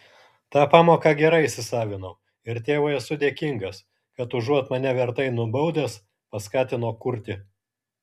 tą pamoką gerai įsisavinau ir tėvui esu dėkingas kad užuot mane vertai nubaudęs paskatino kurti